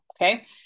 Okay